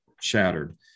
shattered